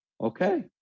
Okay